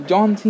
John